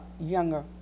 younger